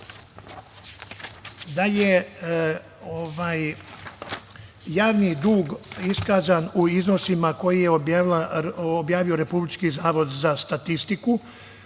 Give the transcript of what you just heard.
da je javni dug iskazan u iznosima koji je objavio Republički zavod za statistiku